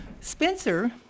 Spencer